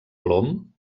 plom